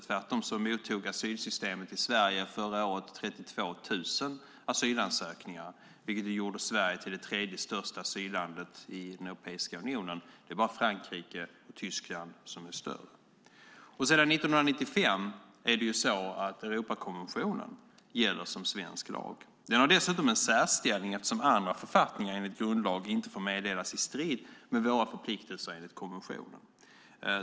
Tvärtom mottog asylsystemet i Sverige förra året 32 000 asylansökningar, vilket gjorde Sverige till det tredje största asyllandet i Europeiska unionen. Det är bara Frankrike och Tyskland som är större. Sedan 1995 gäller Europakonventionen som svensk lag. Den har dessutom en särställning eftersom andra författningar enligt grundlag inte får meddelas i strid med våra förpliktelser enligt konventionen.